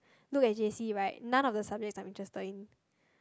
look at J_C right none of the subjects I'm interested in